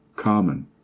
common